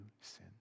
sin